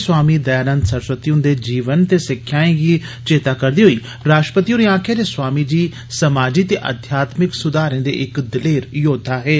स्वामी दयानंद सरस्वती हुन्दे जीवन ते सिक्खयाएं गी चेत्ता करदे होई राष्ट्रपति होरें आक्खेआ जे स्वामी जी समाजी ते अध्यात्मिक सुधारें दे इक दलेर योद्वा हे